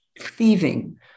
thieving